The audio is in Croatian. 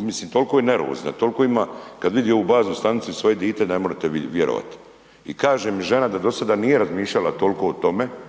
mislim tol'ko je nervozna, tol'ko ima, kad vidi ovu baznu stanicu i svoje dite, da ne morete vjerovat, i kaže mi žena da do sada nije razmišljala tol'ko o tome